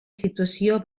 situació